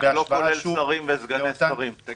לא כולל שרים וסגני שרים.